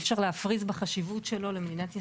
אי אפשר להפריז בחשיבות שלו למדינת ישראל.